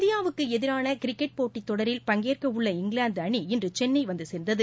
இந்தியாவுக்கு எதிரான கிரிக்கெட் போட்டித்தொடரில் பங்கேற்கவுள்ள இங்கிலாந்து அணி இன்று சென்னை வந்து சேர்ந்தது